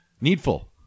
Needful